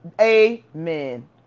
Amen